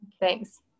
Thanks